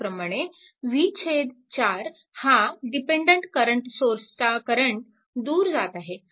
त्याचप्रमाणे v4 हा dependent current सोर्सचा करंट दूर जात आहे